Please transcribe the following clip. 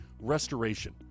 restoration